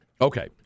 Okay